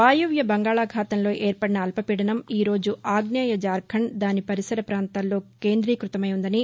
వాయువ్య బంగాళాఖాతంలో ఏర్పడిన అల్పపీడనంవీ ఈరోజు ఆగ్నేయ జార్షండ్ దాని పరిసర పాంతాల్లో కేందీక్పతమై ఉందని